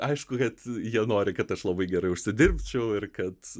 aišku kad jie nori kad aš labai gerai užsidirbčiau ir kad